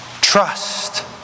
Trust